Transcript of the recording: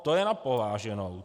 To je na pováženou.